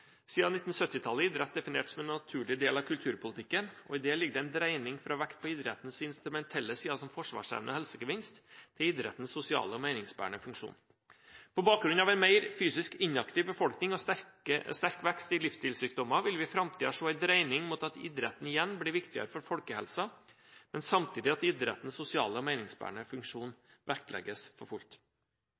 idrett definert som en naturlig del av kulturpolitikken, og i det ligger det en dreining fra vekt på idrettens instrumentelle side, som forsvarsevne og helsegevinst, til idrettens sosiale og meningsbærende funksjon. På bakgrunn av en mer fysisk inaktiv befolkning og sterk vekst i livsstilssykdommer vil vi i framtiden se en dreining mot at idretten igjen blir viktigere for folkehelsen, men samtidig at idrettens sosiale og meningsbærende funksjon vektlegges for fullt.